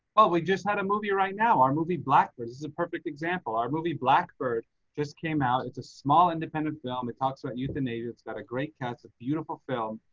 oh, we just had a movie right now our movie blackbirds is a perfect example, our movie blackbird just came out. it's a small independent film. it talks about euthanasia. it's got a great cast of beautiful film.